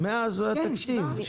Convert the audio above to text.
מאז התקציב.